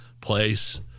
place